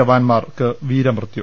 ജവാന്മാർക്ക് വീരമൃത്യു